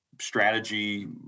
strategy